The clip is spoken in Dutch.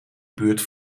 buurt